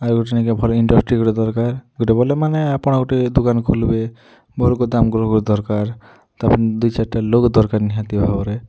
ଆରୁ ଉଠ୍ନେ କେ ଭଲ୍ ଇଣ୍ଡଷ୍ଟ୍ରି ଗୋଟେ ଦରକାର୍ ଗୋଟେ ଭଲ ମାନେ ଆପଣ ଗୋଟେ ଦୋକାନ୍ ଖୋଲିବେ ମୋର ଗୋଦାମ୍ ଗୃହ ଦରକାର୍ ତା'ପରେ ଦି ଚାର୍ଟା ଲୋକ୍ ଦରକାର୍ ନିହାତି ଭାବରେ